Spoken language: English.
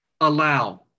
allow